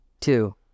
Two